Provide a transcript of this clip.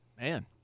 Man